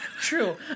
true